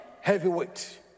heavyweight